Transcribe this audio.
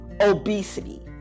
obesity